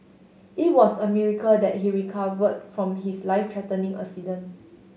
it was a miracle that he recovered from his life threatening accident